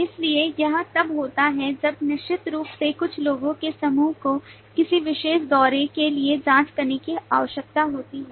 इसलिए यह तब होता है जब निश्चित रूप से कुछ लोगों के समूह को किसी विशेष दौरे के लिए जांच करने की आवश्यकता होती है